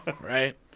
right